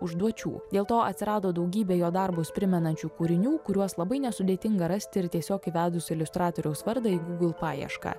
užduočių dėl to atsirado daugybė jo darbus primenančių kūrinių kuriuos labai nesudėtinga rasti ir tiesiog įvedus iliustratoriaus vardą į google paiešką